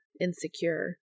insecure